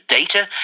data